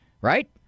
right